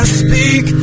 speak